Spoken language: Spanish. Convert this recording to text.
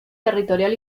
territorial